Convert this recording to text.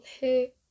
Hey